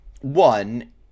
one